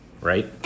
right